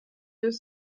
deux